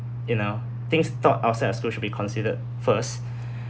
you know things taught outside a school should be considered first